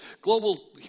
global